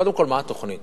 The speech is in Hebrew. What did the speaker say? קודם כול, מה התוכנית?